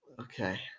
Okay